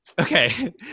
Okay